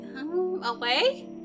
Away